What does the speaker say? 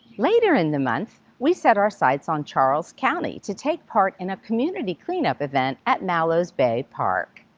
later in the month, we set our sights on charles county to take part in a community clean-up event at mallows bay park.